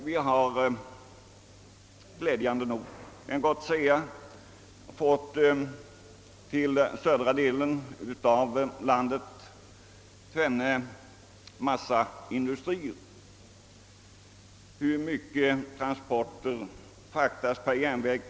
Vi har glädjande nog till södra delen av landet fått tvenne massaindustrier. Hur mycket av transporterna till dessa går per järnväg?